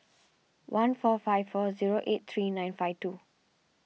one four five four zero eight three nine five two